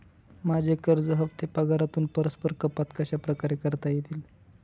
माझे कर्ज हफ्ते पगारातून परस्पर कपात कशाप्रकारे करता येतील?